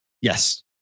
Yes